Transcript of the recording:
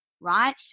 Right